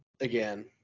again